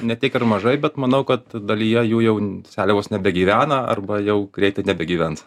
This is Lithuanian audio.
ne tiek ir mažai bet manau kad dalyje jų jau seliavos nebegyvena arba jau greitai nebegyvens